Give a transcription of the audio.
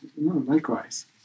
Likewise